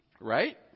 right